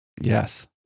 Yes